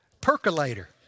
percolator